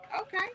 Okay